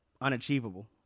unachievable